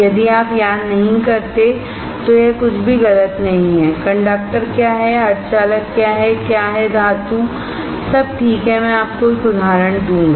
यदि आप याद नहीं करते तो यह कुछ भी गलत नहीं है कंडक्टर क्या है सेमीकंडक्टर क्या हैक्या है धातु सब ठीक है मैं आपको एक उदाहरण दूंगा